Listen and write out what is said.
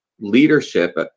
leadership